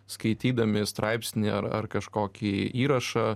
skaitydami straipsnį ar ar kažkokį įrašą